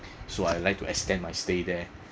so I like to extend my stay there